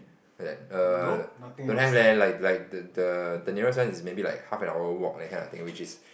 like err don't have leh like like the the the nearest one is maybe like half an hour walk that kind of thing which is